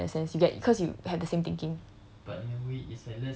work with you lah in a sense you get cause you have the same thinking